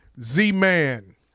Z-Man